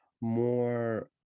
more